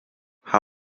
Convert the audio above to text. ha